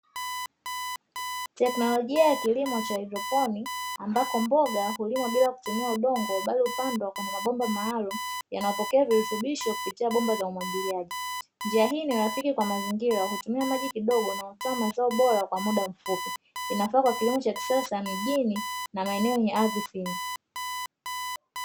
Teknolojia ya kilimo cha haidroponi ambako mboga hulimwa bila kutumia udongo bali upandwa kwenye mabomba maalumu yanayopokea virutubisho kupitia bomba za umwagiliaji, njia hii ni rafiki kwa mazingira hutumia maji kidogo na kutoa mazao bora kwa muda mfupi, inafaa kwa kilimo cha kisasa mjini na maeneo yenye ardhi finyu.